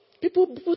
People